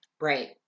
Right